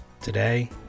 Today